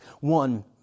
one